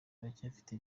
turacyafite